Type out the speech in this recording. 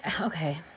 okay